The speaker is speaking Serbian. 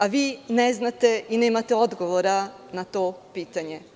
A vi ne znate i nemate odgovora na to pitanje.